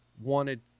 wanted